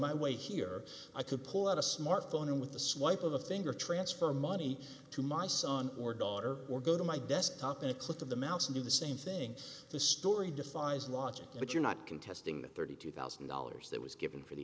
my way here i could pull out a smartphone with the swipe of a finger transfer money to my son or daughter or go to my desktop in a clip of the mouse and do the same thing the story defies logic but you're not contesting the thirty two thousand dollars that was given for the